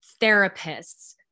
therapists